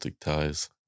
ties